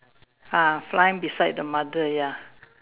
ah flying beside the mother ya